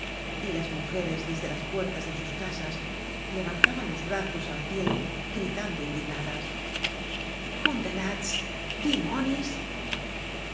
y las mujeres desde las puertas de sus casas levantaban los brazos al cielo gritando indignadas condenáis dimónis